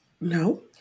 No